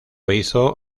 hizo